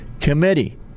committee